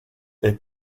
est